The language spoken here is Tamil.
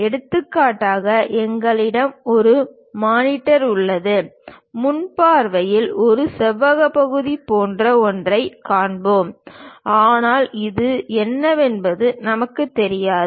எடுத்துக்காட்டாக எங்களிடம் ஒரு மானிட்டர் உள்ளது முன் பார்வையில் ஒரு செவ்வக பகுதி போன்ற ஒன்றைக் காண்போம் ஆனால் அது என்னவென்பது நமக்குத் தெரியாது